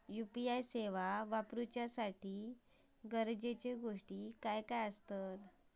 UPI सेवा वापराच्यासाठी गरजेचे गोष्टी काय?